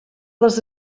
les